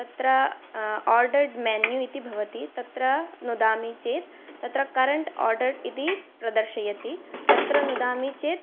तत्र order menu इति भवति तत्र नुदामि चेत् तत्र करण्ट् आर्डर् इति प्रदर्शयति तत्र नुदामि चेत्